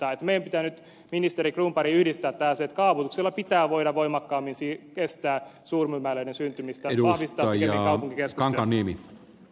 meidän pitää nyt ministeri cronberg yhdistää tämä asia että kaavoituksella pitää voida voimakkaammin estää suurmyymälöiden syntymistä ja vahvistaa pikemminkin kaupunkikeskustoja